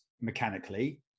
mechanically